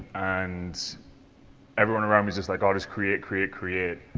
and everyone around me is just like always create, create, create,